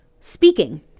speaking